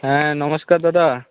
হ্যাঁ নমস্কার দাদা